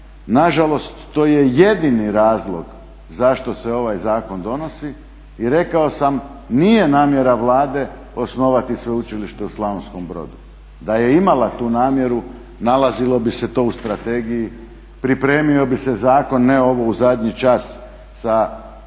Nažalost to je jedini razlog zašto se ovaj zakon donosi. I rekao sam, nije namjera Vlade osnovati sveučilište u Slavonskom Brodu. Da je imala tu namjeru nalazilo bi se to u strategiji, pripremio bi se zakon a ne ovu u zadnji čas sa nedostacima zbog kojih